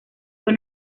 fue